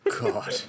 God